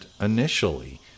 initially